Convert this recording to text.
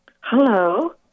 Hello